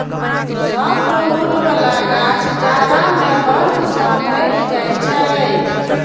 softwood बला गाछ जाड़ा मे बर्फ सं ढकि जाइ छै